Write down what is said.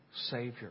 Savior